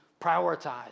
prioritize